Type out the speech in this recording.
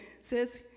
says